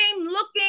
looking